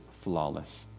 flawless